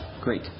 Great